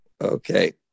Okay